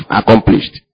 accomplished